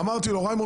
אמרתי לו: ריימונד,